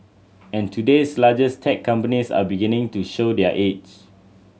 and today's largest tech companies are beginning to show their age